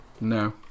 No